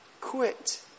quit